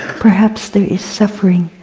perhaps there is suffering.